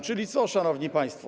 Czyli co, szanowni państwo?